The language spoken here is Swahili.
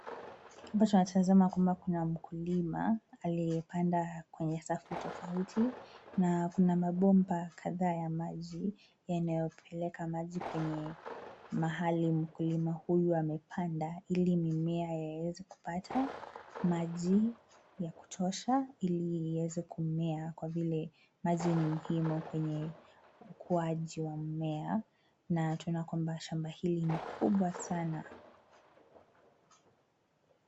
Hapa tunatazama kwamba kuna mkulima aliyepanda kwenye safu tofauti na kuna mabomba kadhaa ya maji yanayopeleka maji kwenye mahali mkulima huyu amepanda ili mimea yaweze kupata maji ya kutosha ili iweze kumea kwa vile maji ni muhimu kwenye ukuaji wa mmea na tunaona kwamba shamba hili ni kubwa sana.